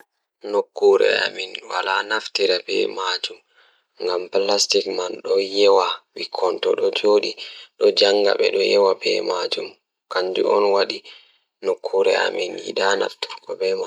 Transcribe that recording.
Eey, ko fiyaangu ngal, sabu plastic ngoni waawde jaɓɓude njangol e nguurndam ngal. Plastic waɗi teddungal ko fiyaangu e hoore e wuro, ɓe njifti saɗaande ngal e hoore rewɓe. Kadi plastic waawi hokkude fiyaangu e teddungal ngal e nguurndam.